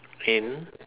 in